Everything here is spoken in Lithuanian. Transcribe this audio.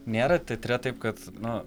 nėra teatre taip kad na